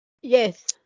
Yes